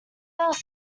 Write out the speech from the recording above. else